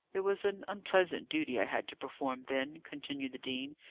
it was an unpleasant duty i had to perform then, continued the dean,